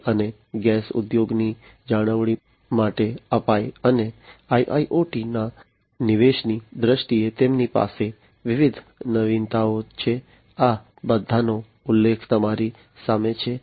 તેલ અને ગેસ ઉદ્યોગની જાળવણી માટે અપાચે અને IIoT ના નિવેશની દ્રષ્ટિએ તેમની પાસે વિવિધ નવીનતાઓ છે આ બધાનો ઉલ્લેખ તમારી સામે છે